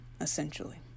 essentially